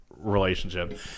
Relationship